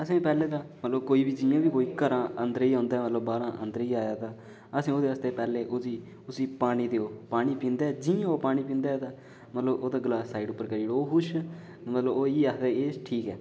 असें पैह्ले कोई बी घरे गी अदंरे गी औंदा मतलब बाह्रा अदंरे गी आए तां औह्दे आस्ते पैह्ले उसी पानी देओ जिं'या ओह् पानी पींदा ऐ ते मतलब ओह्दा गलास साइड उप्पर करी ओड़ो ओह् खुश मतलब इ'यै आखने दा ऐ ठीक ऐ